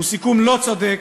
הוא סיכום לא צודק.